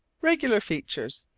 regular features,